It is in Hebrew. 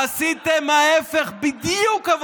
אבל עשיתם ההפך בדיוק.